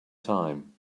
time